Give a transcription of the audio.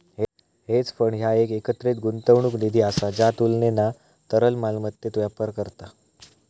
hedge fund ह्या एक एकत्रित गुंतवणूक निधी असा ज्या तुलनेना तरल मालमत्तेत व्यापार करता